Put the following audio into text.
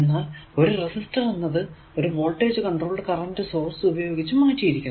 എന്നാൽ ഒരു റെസിസ്റ്റർ എന്നത് ഒരു വോൾടേജ് കൺട്രോൾഡ് കറന്റ് സോഴ്സ് ഉപയോഗിച്ച് മാറ്റിയിരിക്കുന്നു